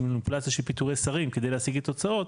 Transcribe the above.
מניפולציה של פיטורי שרים כדי להשיג את התוצאות,